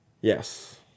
Yes